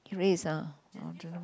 race uh orh dunno